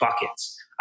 buckets